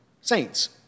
saints